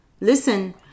Listen